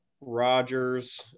Rodgers